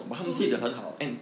对